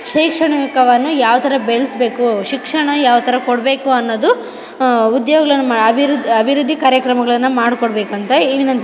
ಶೈಕ್ಷಣಿಕವನ್ನು ಯಾವ್ಥರ ಬೆಳೆಸ್ಬೇಕು ಶಿಕ್ಷಣ ಯಾವ್ಥರ ಕೊಡಬೇಕು ಅನ್ನೋದು ಉದ್ಯೋಗಳನ್ನ ಮಾ ಅಭಿವೃದ್ಧಿ ಅಭಿವೃದ್ಧಿ ಕಾರ್ಯಕ್ರಮಗಳನ್ನು ಮಾಡ್ಕೊಡಬೇಕೆಂತೆ ಈ ವಿನಂತಿ